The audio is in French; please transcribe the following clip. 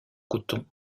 coton